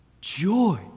Joy